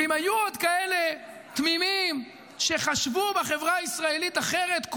ואם היו עוד כאלה תמימים שחשבו בחברה הישראלית אחרת,